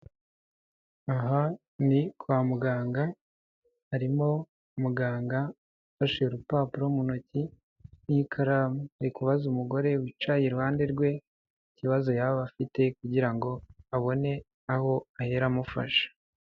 Aha ni kwa muganga, harimo muganga ufashe urupapuro mu ntoki n'ikaramu ari kubaza umugore wicaye iruhande rwe ikibazo yaba afite kugira ngo abone aho ahera amufasha.